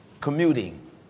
commuting